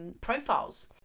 profiles